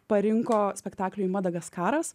parinko spektakliui madagaskaras